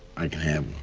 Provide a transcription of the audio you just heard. i can have